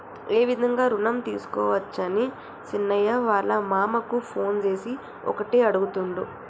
ఏ విధంగా రుణం తీసుకోవచ్చని సీనయ్య వాళ్ళ మామ కు ఫోన్ చేసి ఒకటే అడుగుతుండు